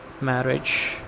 marriage